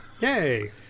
Yay